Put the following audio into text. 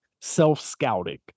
self-scouting